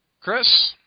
Chris